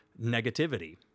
negativity